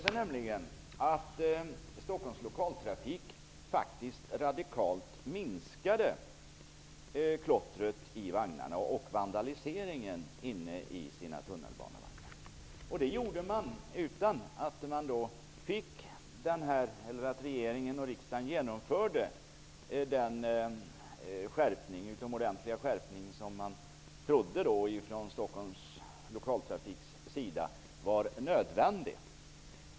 Det har nämligen visat sig att Stockholms Lokaltrafik radikalt lyckats minska klottret och vandaliseringen i sina tunnelbanevagnar. Detta var möjligt utan att regeringen och riksdagen behövde genomföra den utomordentliga skärpning som man från SL:s sida trodde var nödvändig.